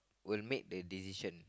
will make the decision